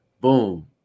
boom